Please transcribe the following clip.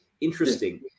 interesting